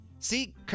See